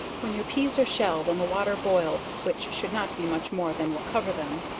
when your peas are shelled and the water boils which should not be much more than will cover them,